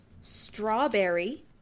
Strawberry